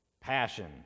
Passion